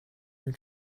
your